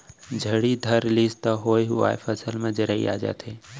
झड़ी धर लिस त होए हुवाय फसल म जरई आ जाथे